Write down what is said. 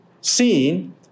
seen